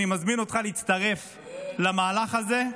אני מזמין אותך להצטרף למהלך הזה.